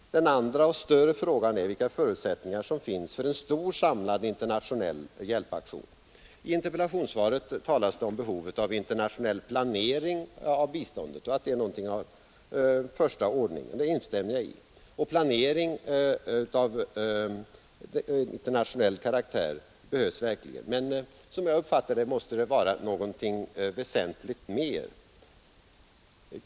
Den andra och större frågan är vilka förutsättningar som finns för en stor samlad internationell hjälpaktion. I interpellationssvaret talas det om behovet av internationell planering av biståndet och att det är någonting av första ordningen. Det instämmer jag i. Planering av internationell karaktär behövs verkligen, men som jag uppfattar det måste det vara någonting väsentligt mer.